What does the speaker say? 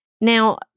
Now